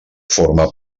forma